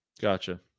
Gotcha